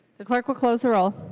the clerk will close the roll.